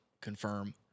confirm